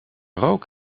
rook